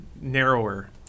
narrower